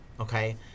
okay